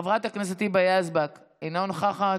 חברת הכנסת היבה יזבק, אינה נוכחת,